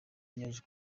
yaje